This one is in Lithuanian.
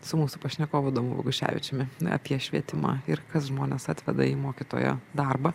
su mūsų pašnekovu domu boguševičiumi apie švietimą ir kas žmones atveda į mokytojo darbą